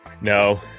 No